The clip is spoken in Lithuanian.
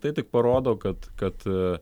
tai tik parodo kad kad